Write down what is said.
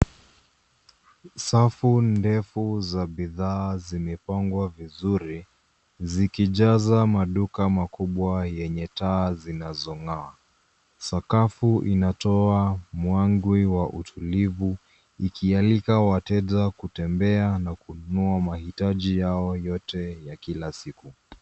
Safu ndefu za bidhaa zimepangwa vizuri zikijaza maduka makubwa yenye taa zinazongaa. Sakafu inatoa mwangwi wa utulivu ikialika wateja kutembea na kununua mahitaji yao yote ya kila siku.